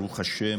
ברוך השם.